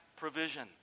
provision